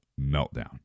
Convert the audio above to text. meltdown